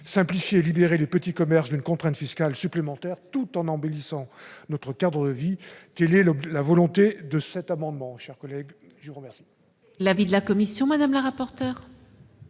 Simplifier et libérer les petits commerces d'une contrainte fiscale supplémentaire tout en embellissant notre cadre de vie, telle est la volonté que nous exprimons à